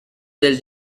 del